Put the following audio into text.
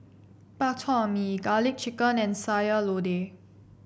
Bak Chor Mee garlic chicken and Sayur Lodeh